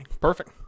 Perfect